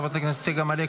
חברת הכנסת שלי טל מירון,